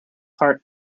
heart